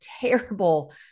terrible